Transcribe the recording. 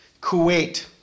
Kuwait